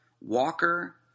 Walker